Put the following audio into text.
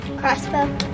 Crossbow